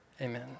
amen